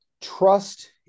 trust